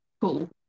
cool